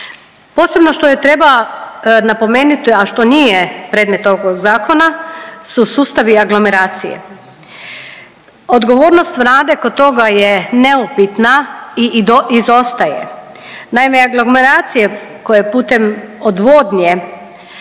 Posebno što još treba napomenuti, a što nije predmet ovog zakona su sustavi aglomeracije. Odgovornost Vlade kod toga je neupitna i izostaje. Naime, aglomeracije koje putem odvodnje